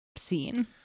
scene